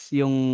yung